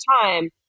time